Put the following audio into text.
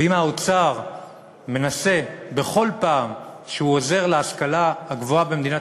ואם האוצר מנסה בכל פעם שהוא עוזר להשכלה הגבוהה במדינת